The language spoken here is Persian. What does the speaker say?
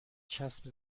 چسب